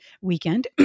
weekend